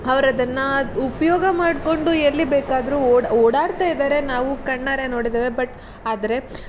ಅವ್ರು ಅದನ್ನು ಉಪಯೋಗ ಮಾಡಿಕೊಂಡು ಎಲ್ಲಿ ಬೇಕಾದ್ರೂ ಓಡಿ ಓಡಾಡ್ತಾ ಇದ್ದಾರೆ ನಾವು ಕಣ್ಣಾರೆ ನೋಡಿದ್ದೇವೆ ಬಟ್ ಆದರೆ